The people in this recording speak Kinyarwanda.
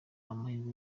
amahirwe